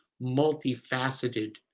multifaceted